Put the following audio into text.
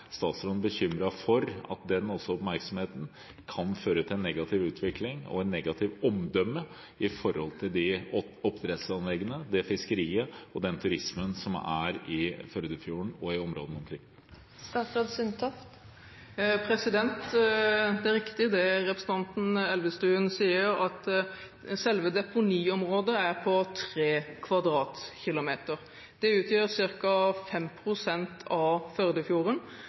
statsråden bekymret for at den oppmerksomheten kan føre til en negativ utvikling og et negativt omdømme for de oppdrettsanleggene, det fiskeriet og den turismen som er i Førdefjorden og i områdene omkring? Det er riktig det representanten Elvestuen sier, at selve deponiområdet er på 3 km2. Det utgjør ca. 5 pst. av Førdefjorden,